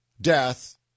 death